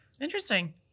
Interesting